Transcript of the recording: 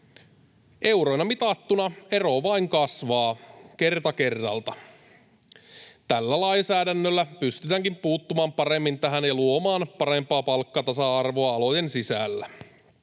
Euroina mitattuna ero vain kasvaa kerta kerralta. Tällä lainsäädännöllä pystytäänkin puuttumaan paremmin tähän ja luomaan parempaa palkkatasa-arvoa alojen sisällä.